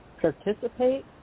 participate